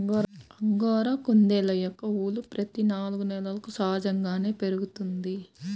angora కుందేళ్ళ యొక్క ఊలు ప్రతి నాలుగు నెలలకు సహజంగానే పెరుగుతుంది